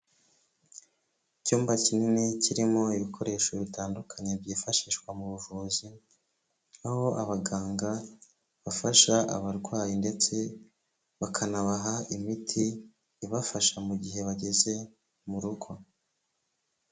Icyumba kinini kirimo ibikoresho bitandukanye byifashishwa mu buvuzi, aho abaganga bafasha abarwayi ndetse bakanabaha imiti ibafasha mu gihe bageze mu rugo.